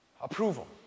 approval